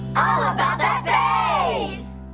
ah about that bass!